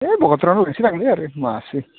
ओय भगतपारायावनो लांनोसै दांलै माथो